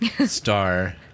star